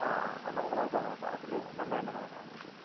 ആ ആ നമുക്ക് നോക്കാം നോക്കാം അതിൽ നല്ലത് തന്നെ നോക്കാം